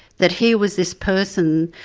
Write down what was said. that here was this person,